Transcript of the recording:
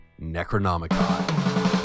Necronomicon